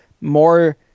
more